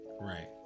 right